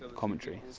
commentary,